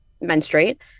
menstruate